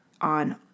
on